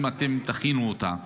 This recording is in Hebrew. אם אתם תכינו אותה,